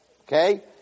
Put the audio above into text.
Okay